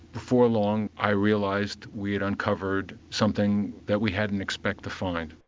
before long i realised we'd uncovered something that we hadn't expected to find.